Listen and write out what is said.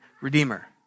redeemer